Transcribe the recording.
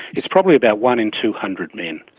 it's probably about one in two hundred men.